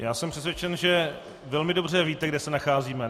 Já jsem přesvědčen, že velmi dobře víte, kde se nacházíme.